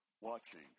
watching